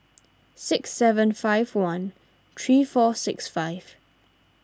six seven five one three four six five